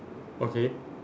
okay